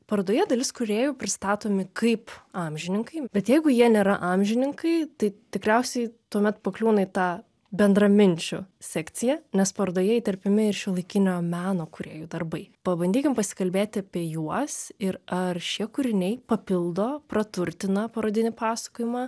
parodoje dalis kūrėjų pristatomi kaip amžininkai bet jeigu jie nėra amžininkai tai tikriausiai tuomet pakliūna į tą bendraminčių sekciją nes parodoje įterpiami ir šiuolaikinio meno kūrėjų darbai pabandykime pasikalbėti apie juos ir ar šie kūriniai papildo praturtina parodinį pasakojimą